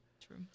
true